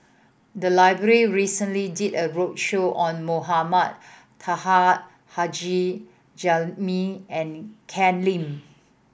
the library recently did a roadshow on Mohamed Taha Haji Jamil and Ken Lim